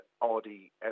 Audi